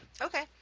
Okay